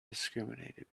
discriminated